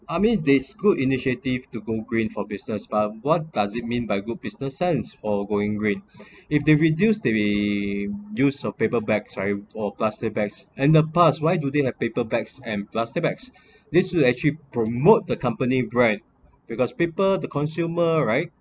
I mean that's good initiative to go green for business but what does it mean by good business sense for going green if they reduce their use of paper bags or plastic bags and the past why do they have paper bags and plastic bags this will actually promote the company brand because people the consumer right